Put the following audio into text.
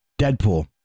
Deadpool